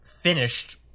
finished